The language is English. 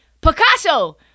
Picasso